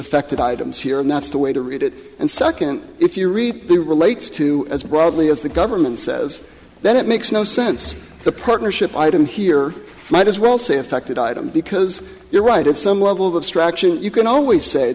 affected items here and that's the way to read it and second if you read the relates to as broadly as the government says that it makes no sense the partnership item here might as well say affected item because you're right at some level of abstraction you can always say